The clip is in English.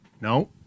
No